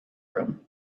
room